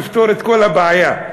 נפתור את כל הבעיה.